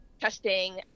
testing